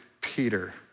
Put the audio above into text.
Peter